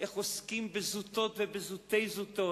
איך עוסקים בזוטות וזוטי זוטות,